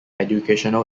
educational